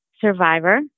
survivor